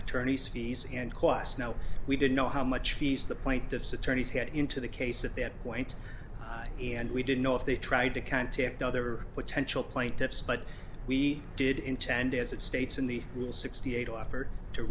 attorney's fees and costs no we didn't know how much he's the plaintiff's attorneys get into the case at that point and we didn't know if they tried to contact other potential plaintiffs but we did intend as it states in the will sixty eight offered to